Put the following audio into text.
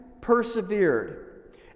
persevered